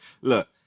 look